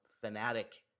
fanatic